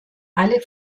alle